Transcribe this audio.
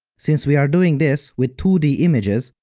since we are doing this with two d images,